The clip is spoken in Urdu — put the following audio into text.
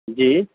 جی